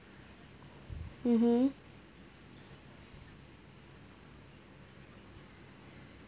mmhmm